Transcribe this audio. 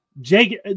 jake